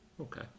Okay